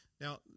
Now